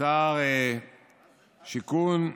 שבהן שר השיכון,